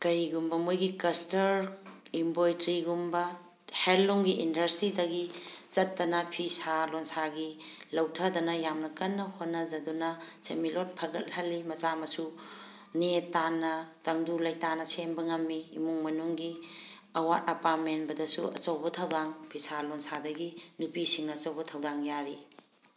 ꯀꯩꯒꯨꯝꯕ ꯃꯣꯏꯒꯤ ꯀ꯭ꯂꯁꯇꯔ ꯏꯝꯕ꯭ꯔꯣꯏꯗ꯭ꯔꯤꯒꯨꯝꯕ ꯍꯦꯟꯂꯨꯝꯒꯤ ꯏꯟꯗꯁꯇ꯭ꯔꯤꯗꯒꯤ ꯆꯠꯇꯅ ꯐꯤꯁꯥ ꯂꯣꯟꯁꯥꯒꯤ ꯂꯧꯊꯗꯅ ꯌꯥꯝꯅ ꯀꯟꯅ ꯍꯣꯠꯅꯖꯗꯨꯅ ꯁꯦꯟꯃꯤꯠꯂꯣꯟ ꯐꯒꯠꯍꯜꯂꯤ ꯃꯆꯥ ꯃꯁꯨ ꯅꯦ ꯇꯥꯅ ꯇꯪꯗꯨ ꯂꯩꯇꯥꯅ ꯁꯦꯝꯕ ꯉꯝꯃꯤ ꯏꯃꯨꯡ ꯃꯅꯨꯡꯒꯤ ꯑꯋꯥꯠ ꯑꯄꯥ ꯃꯦꯟꯕꯗꯁꯨ ꯑꯆꯧꯕ ꯊꯧꯗꯥꯡ ꯐꯤꯁꯥ ꯂꯣꯟꯁꯥꯗꯒꯤ ꯅꯨꯄꯤꯁꯤꯡꯅ ꯑꯆꯧꯕ ꯊꯧꯗꯥꯡ ꯌꯥꯔꯤ